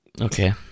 Okay